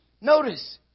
Notice